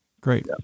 Great